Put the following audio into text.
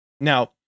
Now